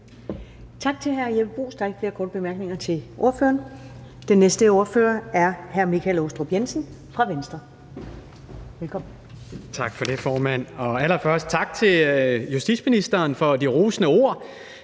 Tak til hr. Jeppe Bruus. Der er ikke flere korte bemærkninger til ordføreren. Den næste ordfører er hr. Michael Aastrup Jensen fra Venstre. Velkommen. Kl. 13:58 (Ordfører) Michael Aastrup Jensen (V): Tak for det, formand. Og allerførst tak til justitsministeren for de rosende ord